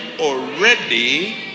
already